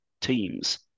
teams